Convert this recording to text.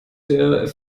der